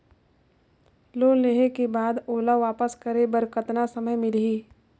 Loan लेहे के बाद ओला वापस करे बर कतना समय मिलही?